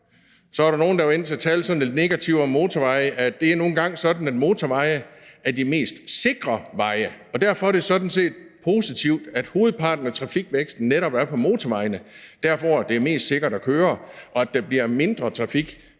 Så var der nogle, der talte sådan lidt negativt om motorveje, men det er nu engang sådan, at motorveje er de mest sikre veje, og derfor er det sådan set positivt, at hovedparten af trafikvæksten netop er på motorvejene, altså der, hvor det er mest sikkert at køre, og at der bliver mindre trafik